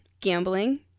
gambling